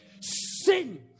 Sin